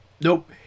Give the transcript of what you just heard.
nope